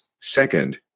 Second